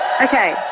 Okay